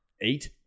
eight